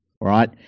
right